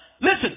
listen